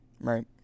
Right